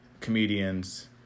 comedians